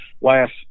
last